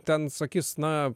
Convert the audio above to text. ten sakys na